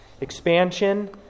Expansion